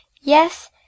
Yes